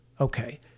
Okay